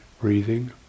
breathing